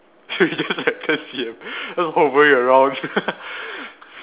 so it's just like ten C_M just hovering around